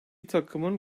takımın